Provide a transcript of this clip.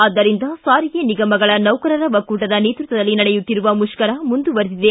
ಆದ್ದರಿಂದ ಸಾರಿಗೆ ನಿಗಮಗಳ ಸೌಕರರ ಒಕ್ಕೂಟದ ನೇತೃತ್ವದಲ್ಲಿ ನಡೆಯುತ್ತಿರುವ ಮುಷ್ಕರ ಮುಂದುವರಿದಿದೆ